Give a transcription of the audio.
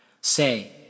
Say